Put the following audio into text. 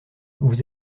vous